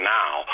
now